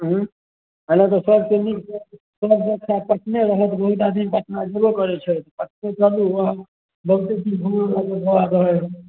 ऊँ आ नहि तऽ सब कोइ मिलके सबगोटा पटने रहत बहुत आदमी पटना जेबे करै छथि अतऽ चलू वहाँ बहुते घुमऽ घुमऽ बला रहै है